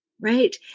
right